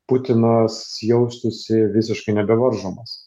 putinas jaustųsi visiškai nebevaržomas